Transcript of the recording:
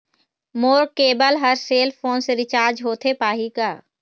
मोर cable हर cell phone से recharge होथे पाही का?